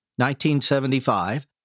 1975